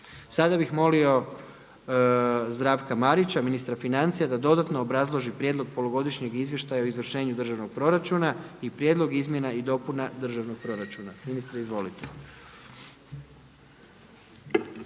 Sada bih molio Zdravka Marića ministra financija da dodatno obrazloži Prijedlog polugodišnjeg izvještaja o izvršenju Državnog proračuna i Prijedlog izmjena i dopuna državnog proračuna. Ministre izvolite.